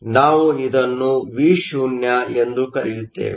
ನಾವು ಇದನ್ನು Vo ಎಂದು ಕರೆಯುತ್ತೇವೆ